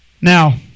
now